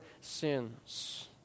sins